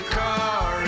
car